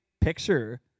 picture